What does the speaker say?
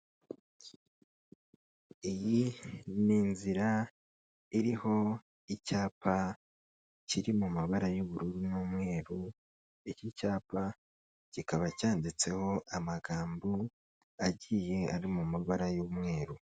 Iyi ni inzira iriho icyapa kiri mu mabara y'ubururu n'umweru, iki cyapa kikaba cyanditseho amagambo agiye ari mu mabara y'umweru.